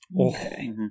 Okay